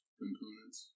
components